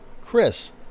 chris